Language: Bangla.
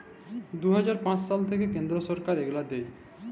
দু হাজার পাঁচ সাল থ্যাইকে কেলদ্র ছরকার ইগলা দেয়